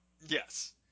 yes